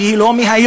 שהיא לא מהיום,